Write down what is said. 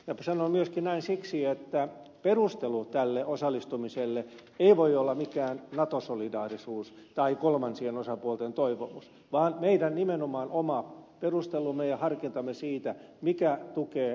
sanon näin myöskin siksi että perustelu tälle osallistumiselle ei voi olla mikään nato solidaarisuus tai kolmansien osapuolten toivomus vaan meidän nimenomaan oma perustelumme ja harkintamme siitä mikä tukee vakautta afganistanissa